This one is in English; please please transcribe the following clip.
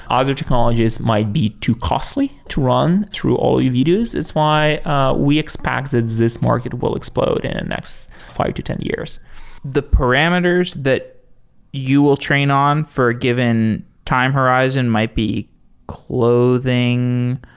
um other technologies might be too costly to run through all your videos. that's why we expected this market will explode in the and next five to ten years the parameters that you will train on for a given time horizon might be clothing.